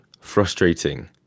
frustrating